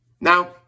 Now